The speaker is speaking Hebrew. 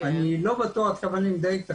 אני לא בטוח עד כמה אני מדייק,